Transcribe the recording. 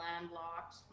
landlocked